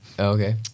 okay